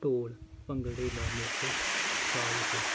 ਢੋਲ ਭੰਗੜੇ ਦਾ ਮੁੱਖ ਸਾਜ਼ ਹੈ